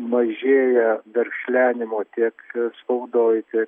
mažėja verkšlenimo tiek spaudoj tiek